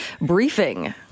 briefing